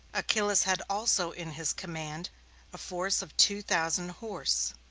achillas had also in his command a force of two thousand horse.